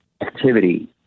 activity